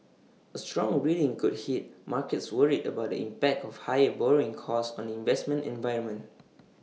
A strong reading could hit markets worried about the impact of higher borrowing costs on the investment environment